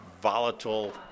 volatile